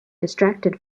distracted